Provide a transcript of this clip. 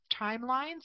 timelines